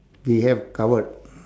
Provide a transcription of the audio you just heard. we have covered